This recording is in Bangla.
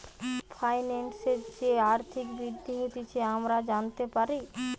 ফাইন্যান্সের যে আর্থিক বৃদ্ধি হতিছে আমরা জানতে পারি